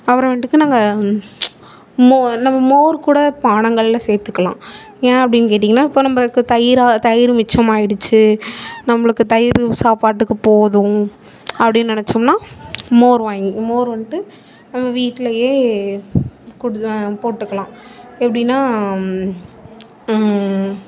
அப்புறமேட்டுக்கு நாங்கள் மோ நம்ம மோர் கூட பானங்களில் சேர்த்துக்கலாம் ஏன் அப்படின்னு கேட்டிங்கன்னால் இப்போது நம்மளுக்கு தயிராக தயிர் மிச்சமாகிடுச்சு நம்மளுக்கு தயிர் சாப்பாட்டுக்கு போதும் அப்படின்னு நினைச்சோம்னா மோர் வாங்கி மோர் வந்துட்டு நம்ம வீட்டிலயே குடு போட்டுக்கலாம் எப்படின்னா